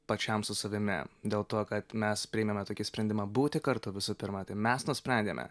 pačiam su savimi dėl to kad mes priėmėme tokį sprendimą būti kartu visų pirma tai mes nusprendėme